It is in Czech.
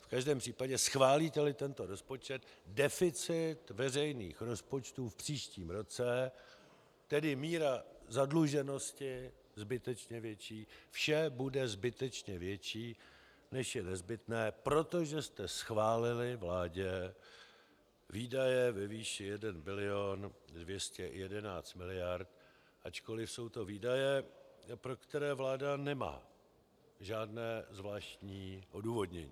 V každém případě schválíteli tento rozpočet, deficit veřejných rozpočtů v příštím roce, tedy míra zadluženosti zbytečně větší, vše bude zbytečně větší, než je nezbytné, protože jste schválili vládě výdaje ve výši 1 bil. 211 mld., ačkoliv jsou to výdaje, pro které vláda nemá žádné zvláštní odůvodnění.